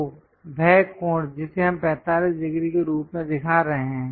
तो वह कोण जिसे हम 45 डिग्री के रूप में दिखा रहे हैं